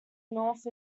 north